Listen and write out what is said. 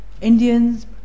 Indians